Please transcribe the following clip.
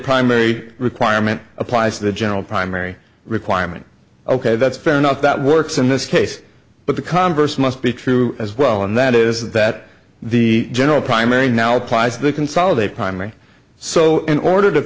primary requirement applies to the general primary requirement ok that's fair enough that works in this case but the converse must be true as well and that is that the general primary now applies to consolidate primary so in order to